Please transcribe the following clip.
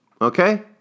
Okay